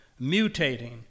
mutating